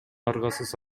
аргасыз